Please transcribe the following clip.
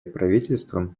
правительствам